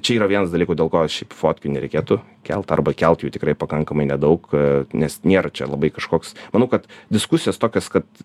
čia yra vienas dalykų dėl ko šiaip fotkių nereikėtų kelt arba kelt jų tikrai pakankamai nedaug nes nėra čia labai kažkoks manau kad diskusijos tokios kad